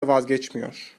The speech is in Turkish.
vazgeçmiyor